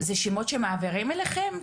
זה שמות שמעבירים אליכם?